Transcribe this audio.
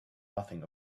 nothing